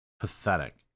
Pathetic